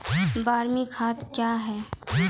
बरमी खाद कया हैं?